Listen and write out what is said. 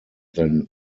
than